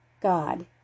God